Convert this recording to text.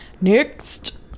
Next